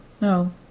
No